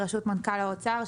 ברשות מנכ"ל האוצר,